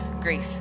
grief